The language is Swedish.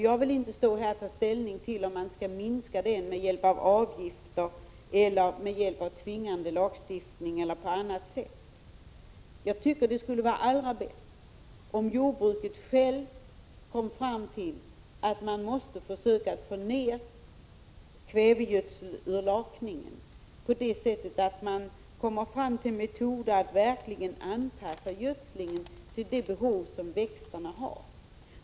Jag vill inte ta ställning till om man skall minska den med hjälp av avgifter eller med en tvingande lagstiftning eller på annat sätt. Jag tycker det vore bäst om jordbruket självt kom fram till att försöka få ned kvävegödselurlakningen med metoder som verkligen anpassar gödslingen efter det behov som växterna har.